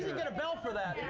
get a bell for that. yeah